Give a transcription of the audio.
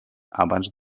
abans